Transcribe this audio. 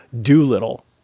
Doolittle